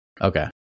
Okay